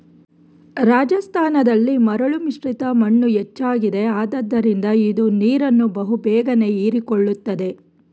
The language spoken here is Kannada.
ರಾಜಸ್ಥಾನದಲ್ಲಿ ಮರಳು ಮಿಶ್ರಿತ ಮಣ್ಣು ಹೆಚ್ಚಾಗಿದೆ ಆದ್ದರಿಂದ ಇದು ನೀರನ್ನು ಬಹು ಬೇಗನೆ ಹೀರಿಕೊಳ್ಳುತ್ತದೆ